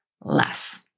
less